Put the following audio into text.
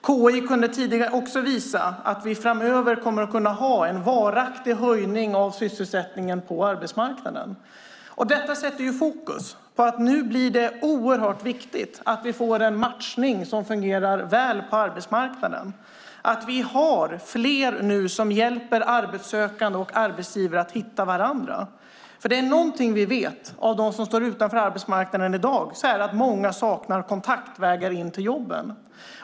KI kunde tidigare också visa att vi framöver kommer att kunna ha en varaktig höjning av sysselsättningen på arbetsmarknaden. Detta sätter fokus på att det nu blir oerhört viktigt att vi får en matchning som fungerar väl på arbetsmarknaden, att vi har fler som hjälper arbetssökande och arbetsgivare att hitta varandra. Är det något vi vet från dem som står utanför arbetsmarknaden i dag är det att många saknar kontaktvägar in till jobben.